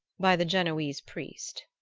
by the genoese priest.